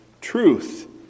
truth